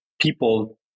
people